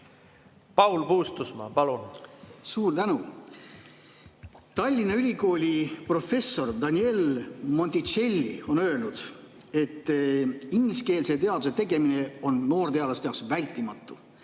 Paul Puustusmaa palun! Suur tänu! Tallinna Ülikooli professor Daniele Monticelli on öelnud, et ingliskeelse teaduse tegemine on noorteadlaste jaoks vältimatu.